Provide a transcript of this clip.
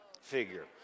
figure